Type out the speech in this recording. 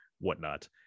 whatnot